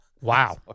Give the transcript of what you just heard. Wow